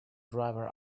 driver